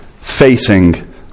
facing